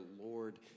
Lord